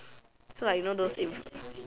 so like you know those in